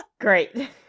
great